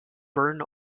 byrne